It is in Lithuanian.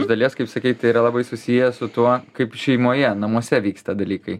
iš dalies kaip sakei tai yra labai susiję su tuo kaip šeimoje namuose vyksta dalykai